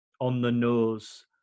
on-the-nose